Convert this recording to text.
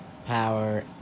power